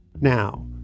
Now